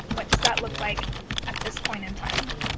what does that look like at this point in time?